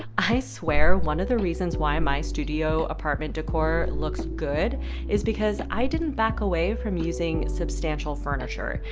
i swear, one of the reasons why my studio apartment decor looks good is because i didn't back away from using substantial furniture,